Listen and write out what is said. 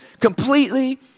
completely